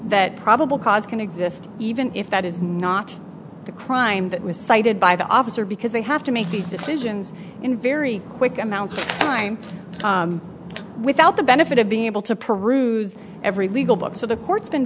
that probable cause can exist even if that is not the crime that was cited by the officer because they have to make these decisions in very quick amount of time without the benefit of being able to peruse every legal book so the court's been